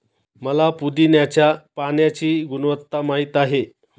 मला पुदीन्याच्या पाण्याची गुणवत्ता माहित आहे